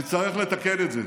נצטרך לתקן את זה.